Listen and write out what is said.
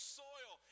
soil